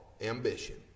ambition